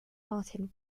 marten